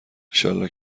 ایشالله